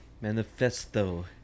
Manifesto